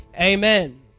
amen